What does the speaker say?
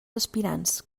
aspirants